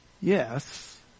Yes